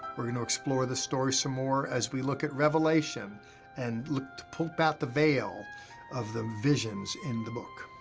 we're gonna explore the story some more as we look at revelation and look to pull back the veil of the visions in the book.